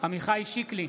עמיחי שיקלי,